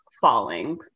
falling